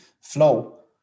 flow